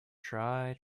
try